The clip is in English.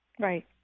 Right